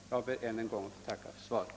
Jag ber än en gång att få tacka för svaret.